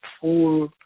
full